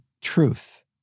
truth